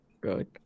Good